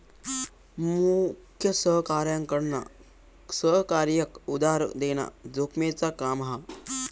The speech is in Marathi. मुख्य सहकार्याकडना सहकार्याक उधार देना जोखमेचा काम हा